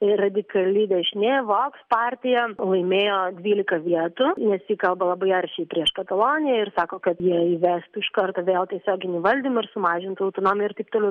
ir radikali dešinė voks partija laimėjo dvyliką vietų nesikalba labai aršiai prieš kataloniją ir sako kad ją įvestų iškarto vėl tiesioginį valdymą ir sumažintų autonomiją ir taip toliau